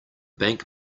bank